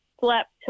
slept